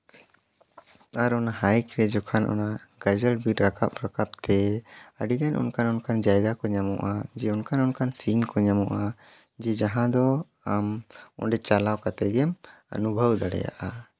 ᱟᱨ ᱚᱱᱟ ᱦᱟᱭᱤᱠ ᱨᱮ ᱡᱚᱠᱷᱚᱱ ᱚᱱᱟ ᱜᱟᱡᱟᱲ ᱵᱤᱨ ᱨᱟᱠᱟᱵ ᱨᱟᱠᱟᱵ ᱛᱮ ᱟᱹᱰᱤᱜᱟᱱ ᱚᱱᱠᱟ ᱚᱱᱠᱟᱱ ᱡᱟᱭᱜᱟ ᱠᱚ ᱧᱟᱢᱚᱜᱼᱟ ᱡᱮ ᱚᱱᱠᱟ ᱚᱱᱠᱟᱱ ᱥᱤᱱ ᱠᱚ ᱧᱟᱢᱚᱜᱼᱟ ᱡᱮ ᱡᱟᱦᱟᱸ ᱫᱚ ᱟᱢ ᱚᱸᱰᱮ ᱪᱟᱞᱟᱣ ᱠᱟᱛᱮ ᱜᱮᱢ ᱚᱱᱩᱵᱷᱚᱵᱽ ᱫᱟᱲᱮᱭᱟᱜᱼᱟ